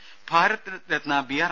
Rambha Bharat Ratna B